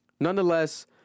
nonetheless